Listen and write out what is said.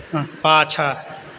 पाछा